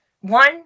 one